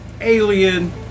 Alien